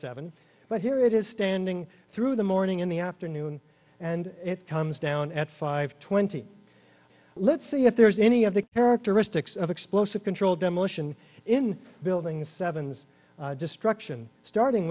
seven but here it is standing through the morning in the afternoon and it comes down at five twenty let's see if there's any of the characteristics of explosive controlled demolition in buildings seven's destruction starting